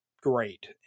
great